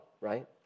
right